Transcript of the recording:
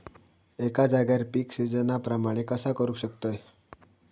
एका जाग्यार पीक सिजना प्रमाणे कसा करुक शकतय?